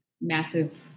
massive